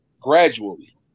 gradually